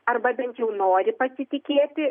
arba bent jau nori pasitikėti